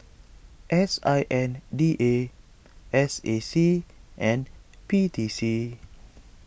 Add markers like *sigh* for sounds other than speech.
S I N D A S A C and P T C *noise*